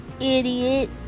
idiot